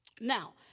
Now